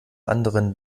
anderen